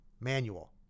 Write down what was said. manual